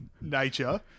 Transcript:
Nature